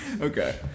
Okay